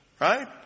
right